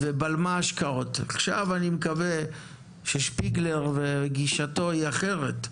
עכשיו, אני מקווה שגישתו של שפיגלר היא אחרת,